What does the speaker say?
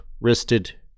wristed